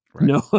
no